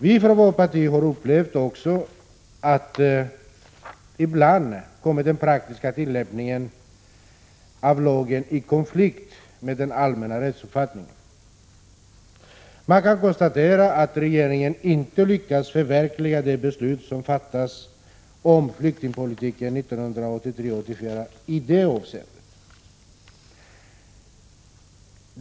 Vi från vårt parti har upplevt att ibland kommer den praktiska tillämpningen av lagen i konflikt med den allmänna rättsuppfattningen. Man kan konstatera att regeringen inte lyckats förverkliga det beslut som fattades om flyktingpolitiken 1983/84 i det avseendet.